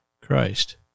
Christ